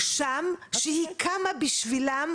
בוודאי.